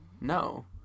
no